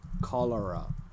cholera